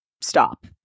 Stop